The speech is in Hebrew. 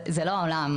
זה לא העולם,